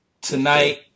tonight